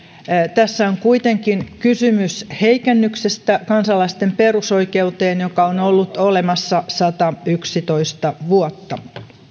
tässä on kuitenkin kysymys heikennyksestä kansalaisten perusoikeuteen joka on ollut olemassa satayksitoista vuotta